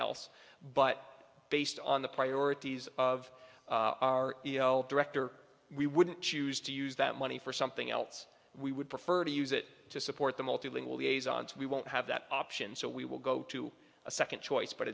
else but based on the priorities of our director we wouldn't choose to use that money for something else we would prefer to use it to support the multilingual days on so we won't have that option so we will go to a second choice but